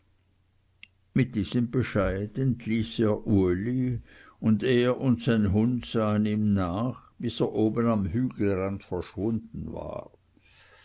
mit diesem bescheid entließ er uli und er und sein hund sahen ihm nach bis er oben am hügelrand verschwunden war